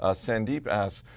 ah sandeep asks,